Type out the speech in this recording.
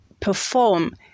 perform